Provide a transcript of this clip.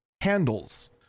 handles